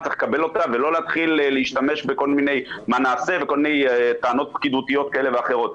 צריך לקבל אותה ולא להתחיל להשתמש בטענות פקידותיות כאלה ואחרות,